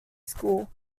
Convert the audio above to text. school